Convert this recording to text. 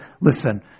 listen